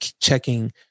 checking